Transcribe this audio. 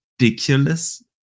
ridiculous